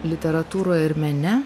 literatūroj ir mene